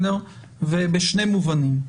ובשני מובנים: